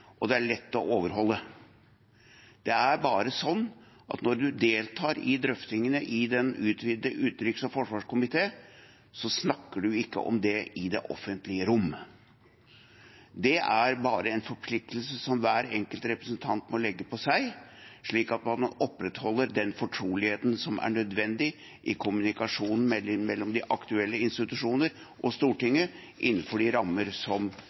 og det er lett å overholde. Det er bare slik at når man deltar i drøftingene i den utvidete utenriks- og forsvarskomité, snakker man ikke om det i det offentlige rom. Det er bare en forpliktelse som hver enkelt representant må legge på seg, slik at man opprettholder den fortroligheten som er nødvendig i kommunikasjonen mellom de aktuelle institusjoner og Stortinget, innenfor de rammer som